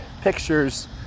pictures